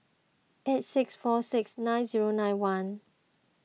eight six four six nine zero nine one